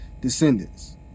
descendants